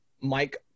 Mike